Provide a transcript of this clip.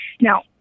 Now